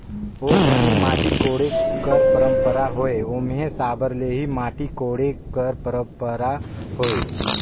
ओ घनी माटी कोड़े कर पंरपरा होए ओम्हे साबर ले ही माटी कोड़े कर परपरा होए